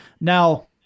Now